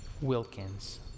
Wilkins